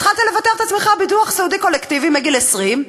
התחלת לבטח את עצמך בביטוח סיעודי קולקטיבי מגיל 20?